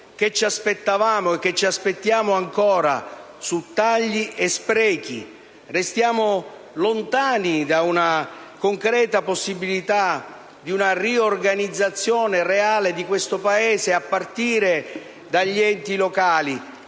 che ci aspettavamo e ci aspettiamo ancora su tagli e sprechi. Restiamo lontani dalla concreta possibilità di una riorganizzazione reale di questo Paese, a partire dagli enti locali.